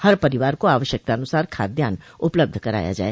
हर परिवार को आवश्यकतानुसार खाद्यान्न उपलब्ध कराया जाए